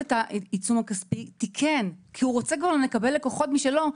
את העיצום הכספי ותיקן כי הוא רוצה לקבל לקוחות משלו,